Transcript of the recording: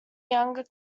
younger